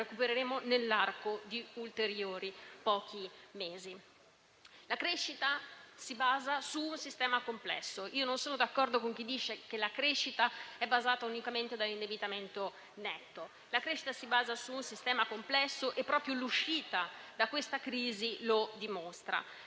essa si basa su un sistema complesso e proprio l'uscita da questa crisi lo dimostra.